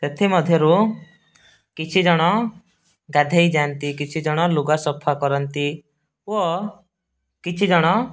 ସେଥିମଧ୍ୟରୁ କିଛି ଜଣ ଗାଧେଇ ଯାଆନ୍ତି କିଛି ଜଣ ଲୁଗା ସଫା କରନ୍ତି ଓ କିଛି ଜଣ